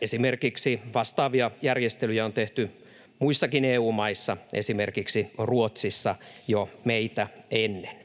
Esimerkiksi vastaavia järjestelyjä on tehty muissakin EU-maissa, esimerkiksi Ruotsissa, jo meitä ennen.